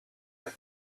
have